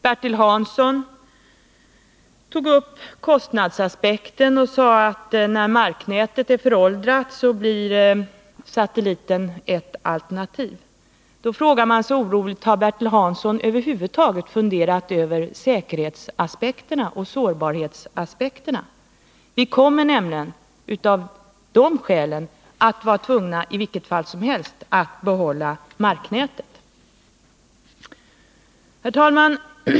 Bertil Hansson tog upp kostnadsaspekten och sade att när marknätet är föråldrat blir satelliten ett alternativ. Då frågar man sig oroligt: Har Bertil Hansson över huvud taget funderat över säkerhetsaspekterna och sårbarhetsaspekterna? Vi kommer nämligen av de skälen i vilket fall som helst att vara tvungna att behålla marknätet. Herr talman!